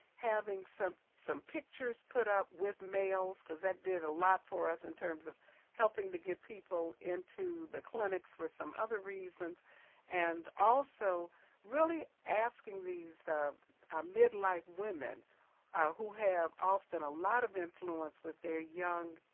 having some some pictures put up with males, because that did a lot for us in terms of helping to get people into the clinics for some other reasons and also really asking these midnight women who have often a lot of influence with their young